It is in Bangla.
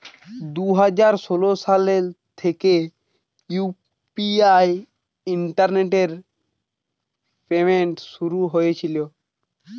দুই হাজার ষোলো সাল থেকে ইউ.পি.আই ইন্টারনেট পেমেন্ট শুরু হয়েছিল